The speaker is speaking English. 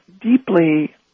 deeply